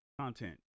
content